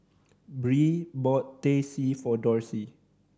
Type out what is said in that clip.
Bree bought Teh C for Dorsey